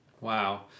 Wow